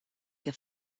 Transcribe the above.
que